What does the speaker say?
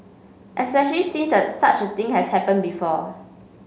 especially since a such thing has happened before